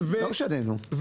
לא משנה, נו.